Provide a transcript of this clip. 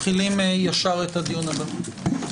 הישיבה ננעלה בשעה 13:00.